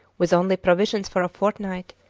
with only provisions for a fortnight,